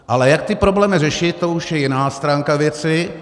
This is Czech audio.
Ale jak ty problémy řešit, to už je jiná stránka věci.